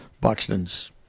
buxton's